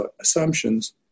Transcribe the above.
assumptions